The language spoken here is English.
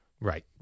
right